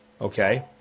okay